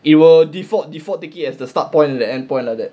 it will default default take it as the start point and the end point like that